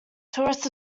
tourist